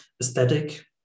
aesthetic